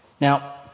Now